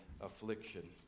affliction